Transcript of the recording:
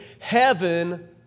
heaven